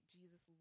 Jesus